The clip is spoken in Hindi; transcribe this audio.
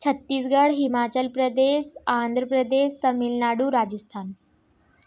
छत्तीसगढ़ हिमाचल प्रदेश आंध्र प्रदेश तमिलनाडु राजस्थान